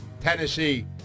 Tennessee